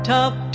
talk